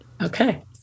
Okay